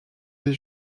des